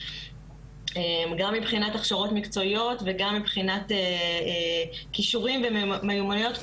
גם מבחינת הכשרות מקצועיות וגם מבחינת כישורים ומיומנויות,